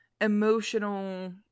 Emotional